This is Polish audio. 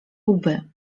łby